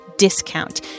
discount